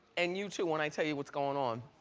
and you too when i tell you what's going on.